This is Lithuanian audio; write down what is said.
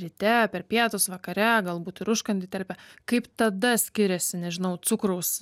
ryte per pietus vakare galbūt ir užkandį įterpia kaip tada skiriasi nežinau cukraus